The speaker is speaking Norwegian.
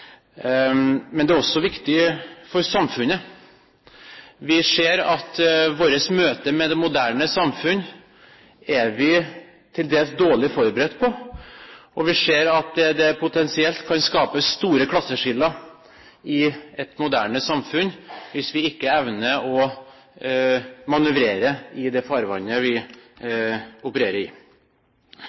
det er viktig for samfunnet. Vi ser at vi til dels er dårlig forberedt på vårt møte med det moderne samfunn, og vi ser at det potensielt kan skape store klasseskiller i et moderne samfunn hvis vi ikke evner å manøvrere i det farvannet vi opererer i.